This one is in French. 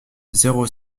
zéro